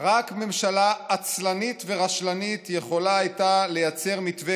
"רק ממשלה עצלנית ורשלנית יכולה הייתה לייצר מתווה